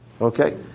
Okay